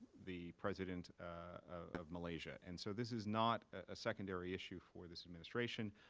the president of malaysia. and so this is not a secondary issue for this administration.